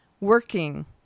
working